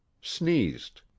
sneezed